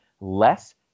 less